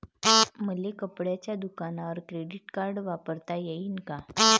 मले कपड्याच्या दुकानात क्रेडिट कार्ड वापरता येईन का?